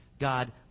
God